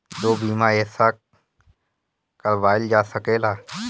दो बीमा एक साथ करवाईल जा सकेला?